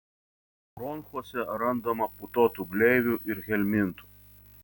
bronchuose randama putotų gleivių ir helmintų